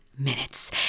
Minutes